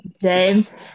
james